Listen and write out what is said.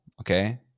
okay